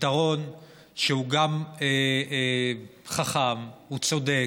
פתרון שהוא גם חכם, הוא צודק,